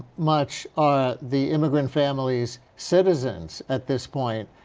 much are the immigrant families citizens at this point?